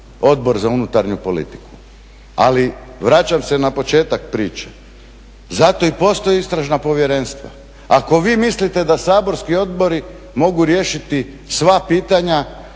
Odbor za unutarnju politiku. Ali, vraćam se na početak priče, zato i postoje istražna povjerenstva. Ako vi mislite da saborski odbori mogu riješiti sva pitanja